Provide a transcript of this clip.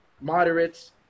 moderates